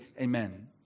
amen